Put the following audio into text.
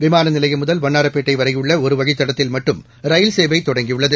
விமான நிலையம் முதல் வண்ணாரப்பேட்டை வரையுள்ள ஒரு வழித்தடத்தில் மட்டும் ரயில் சேவை தொடங்கியுள்ளது